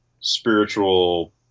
spiritual